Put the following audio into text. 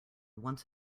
once